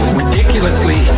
ridiculously